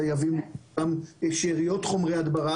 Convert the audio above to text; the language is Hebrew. חייבים לבדוק שאריות חומרי הדברה,